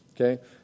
Okay